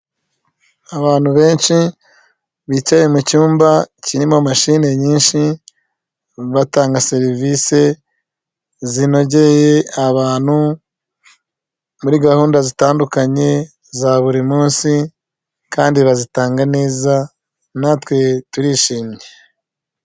Abantu benshi bicaye mu cyumba kirimo mashini nyinshi, batanga serivisi zinogeye abantu muri gahunda zitandukanye za buri munsi kandi bazitanga neza natwe turishimye.